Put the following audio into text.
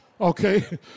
Okay